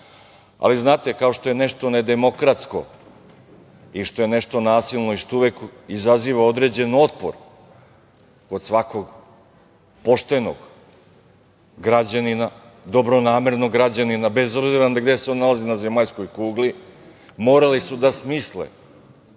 Znate, kao što je nešto nedemokratsko i što je nešto nasilno i što uvek izaziva određen otpor kod svakog poštenog građanina, dobronamernog građanina, bez obzira gde se on nalazi na zemaljskoj kugli morali su da smisle